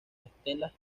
estelas